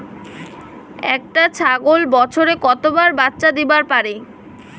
একটা ছাগল বছরে কতবার বাচ্চা দিবার পারে?